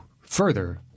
further